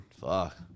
fuck